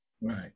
Right